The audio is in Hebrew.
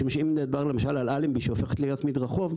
משום שאם נדבר למשל על אלנבי שהופכת להיות מדרחוב,